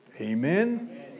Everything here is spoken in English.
Amen